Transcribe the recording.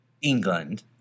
England